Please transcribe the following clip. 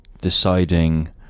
deciding